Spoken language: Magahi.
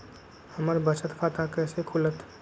हमर बचत खाता कैसे खुलत?